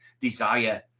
desire